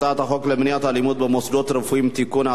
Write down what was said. הצעת חוק למניעת אלימות במוסדות רפואיים (תיקון),